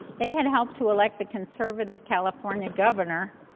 they had helped to elect the conservative california governor,